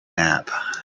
nap